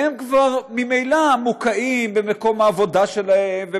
והם כבר ממילא מוקעים במקום העבודה שלהם,